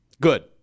good